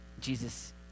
Jesus